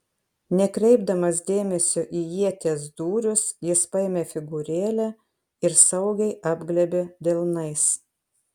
nekreipdamas dėmesio į ieties dūrius jis paėmė figūrėlę ir saugiai apglėbė delnais